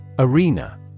ARENA